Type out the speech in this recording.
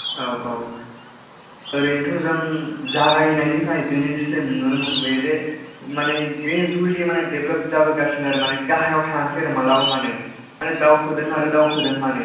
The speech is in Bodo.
औ औ ओरैनोथ' जों जागाय नायनिफ्राय दिनैसिम नुनो मोनबोयो जे माने ग्रेजुेलि माने देबालप जाबोगासिनो आरो माने गाहायाव थाङाखै आरो मालाबा माने दावखोदों आरो दावखोदों माने